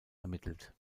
ermittelt